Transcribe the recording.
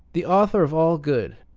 the author of all good,